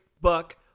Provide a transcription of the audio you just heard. buck